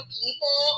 people